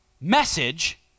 message